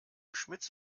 schmitz